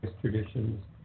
traditions